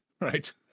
Right